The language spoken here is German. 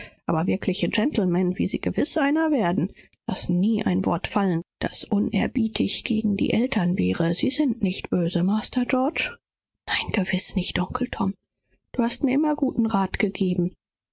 aber wirkliche gentlemen wie sie einer sein werden ich hoffe lassen nie worte fallen über ihre eltern die nicht ehrerbietig sind sie sind doch nicht böse master georg o nein gewiß nicht onkel tom du hast mir immer gute lehren gegeben